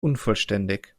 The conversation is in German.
unvollständig